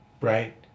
right